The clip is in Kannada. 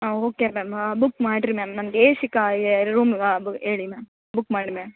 ಹಾಂ ಓಕೆ ಮ್ಯಾಮ್ ಬುಕ್ ಮಾಡ್ರಿ ಮ್ಯಾಮ್ ನನ್ಗೇ ಎ ಸಿ ಕಾ ಏ ರೂಮ್ ಹೇಳಿ ಮ್ಯಾಮ್ ಬುಕ್ ಮಾಡಿ ಮ್ಯಾಮ್